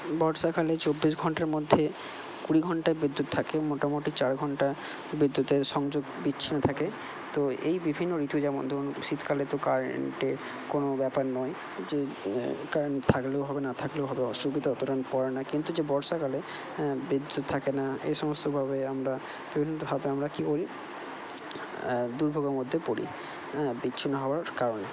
বর্ষাকালে চব্বিশ ঘন্টার মধ্যে কুড়ি ঘন্টা বিদ্যুৎ থাকে মোটামুটি চার ঘন্টা বিদ্যুতের সংযোগ বিচ্ছিন্ন থাকে তো এই বিভিন্ন ঋতু যেমন ধরুন শীতকালে তো কারেন্টের কোন ব্যাপার নয় যে কারেন্ট থাকলেও হবে না থাকলেও হবে অসুবিধা অতটা পড়ে না কিন্তু যে বর্ষাকালে বিদ্যুৎ থাকে না এ সমস্তভাবে আমরা বিভিন্নভাবে আমরা কি করি দুর্ভোগের মধ্যে পড়ি হ্যাঁ বিচ্ছিন্ন হওয়ার কারণে